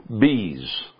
bees